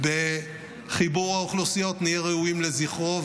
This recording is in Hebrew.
בחיבור האוכלוסיות, נהיה ראויים לזכרו.